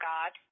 God